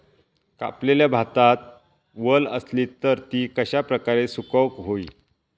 कापलेल्या भातात वल आसली तर ती कश्या प्रकारे सुकौक होई?